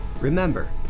Remember